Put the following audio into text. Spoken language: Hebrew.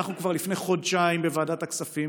אנחנו כבר לפני חודשיים בוועדת הכספים